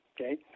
Okay